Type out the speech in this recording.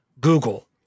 Google